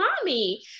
mommy